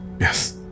Yes